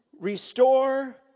Restore